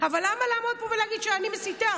אבל למה לעמוד פה ולהגיד שאני מסיתה?